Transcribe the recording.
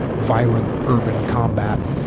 violent, urban combat.